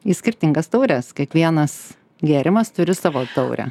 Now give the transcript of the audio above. į skirtingas taures kiekvienas gėrimas turi savo taurę